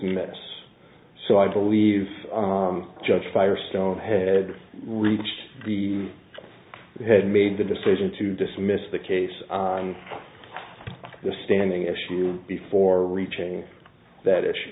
dismiss so i believe judge firestone had reached we had made the decision to dismiss the case on the standing issue before reaching that issue